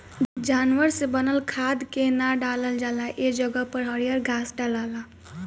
जानवर से बनल खाद के ना डालल जाला ए जगह पर हरियर घास डलाला